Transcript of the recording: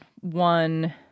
one